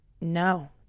no